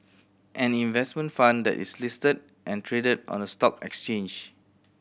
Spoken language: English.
an investment fund that is listed and traded on a stock exchange